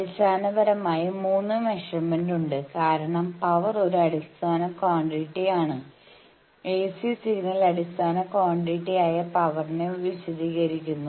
അടിസ്ഥാനപരമായ 3 മെഷെർമെന്റ്സ് ഉണ്ട് കാരണം പവർ ഒരു അടിസ്ഥാന ക്വാണ്ടിറ്റി ആണ് എസി സിഗ്നൽ അടിസ്ഥാന ക്വാണ്ടിറ്റിയായ പവർനെ വിശദീകരിക്കുന്നു